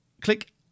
Click